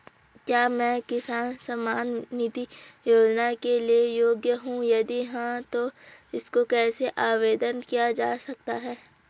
क्या मैं किसान सम्मान निधि योजना के लिए योग्य हूँ यदि हाँ तो इसको कैसे आवेदन किया जा सकता है?